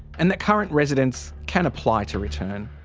and that current residents can apply to return.